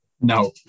No